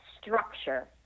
structure